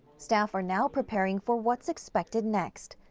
staff are now preparing for what's expected next,